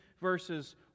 Verses